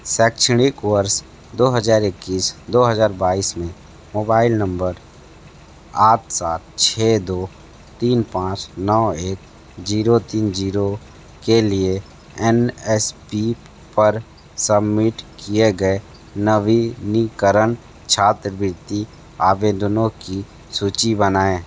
शैक्षणिक वर्ष दो हज़ार इक्कीस दो हज़ार बाईस में मोबाइल नंबर आठ सात छः दो तीन पाँच नौ एक जीरो तीन जीरो के लिए एन एस पी पर सबमिट किए गए नवीनीकरण छात्रवृत्ति आवेदनों की सूची बनाएँ